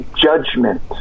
judgment